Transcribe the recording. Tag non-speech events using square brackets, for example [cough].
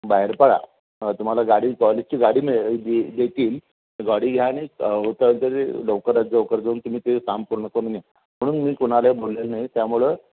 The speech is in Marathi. बाहेर पडा तुम्हाला गाडी कॉलेजची गाडी मिळेल दे देतील गाडी घ्या आणि [unintelligible] लवकरात लवकर जाऊन तुम्ही ते काम पूर्ण करून या म्हणून मी कोणालाही बोललेलं नाही त्यामुळं